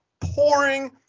pouring